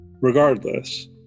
Regardless